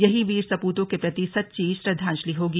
यही वीर सपूतों के प्रति सच्ची श्रद्वाजंलि होगी